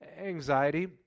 anxiety